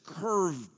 curved